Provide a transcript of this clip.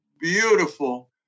beautiful